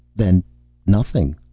then nothing.